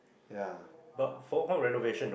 yeah